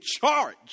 charge